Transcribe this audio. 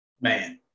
man